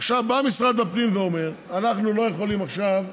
עכשיו בא משרד הפנים ואומר: אנחנו לא יכולים עכשיו,